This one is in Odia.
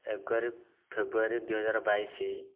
ଏଗାର ଫେବୃଆରୀ ଦୁଇହଜାର ବାଇଶି